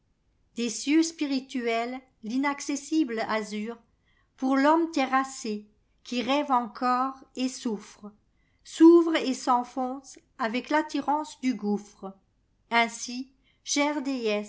des gieux spirituels l'inaccessible azur pour l'homme terrassé qui rêve encore et souffre s'ouvre et s'enfonce avec l'attirance du gouffre ainsi chère déesse